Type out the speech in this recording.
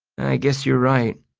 i guess you're right,